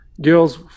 Girls